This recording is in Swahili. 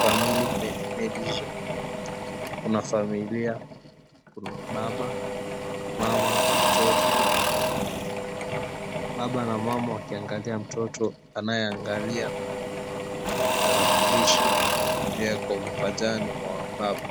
family medisure. Kuna familia, kuna baba, mama, na mtoto. Baba na mama wakiangalia mtoto anayeangalia tarakilishi iliyowekwa mapajani mwa baba.